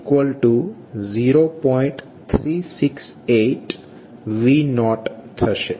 368V0થશે